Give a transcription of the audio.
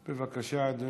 בבקשה, אדוני.